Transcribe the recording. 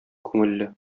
күңелле